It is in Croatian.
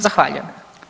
Zahvaljujem.